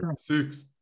six